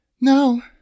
No